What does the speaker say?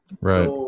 right